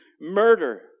murder